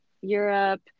Europe